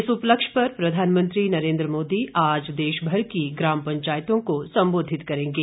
इस उपलक्ष्य पर प्रधानमंत्री नरेन्द्र मोदी आज देशभर की ग्राम पंचायतों को सम्बोधित करेंगे